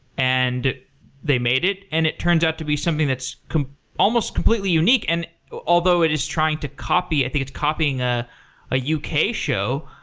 and they made it. and it turns out to be something that's almost completely unique. and although it is trying to copy i think it's copying a ah u k. show.